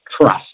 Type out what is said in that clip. trust